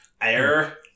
air